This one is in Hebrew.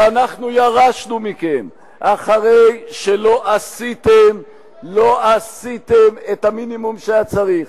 שאנחנו ירשנו מכם אחרי שלא עשיתם את המינימום שהיה צריך.